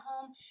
home